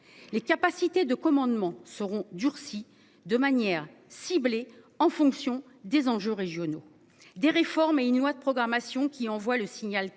les capacités de commandement seront durcis de manière ciblée en fonction des enjeux régionaux des réformes et une loi de programmation qui envoie le signal